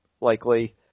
likely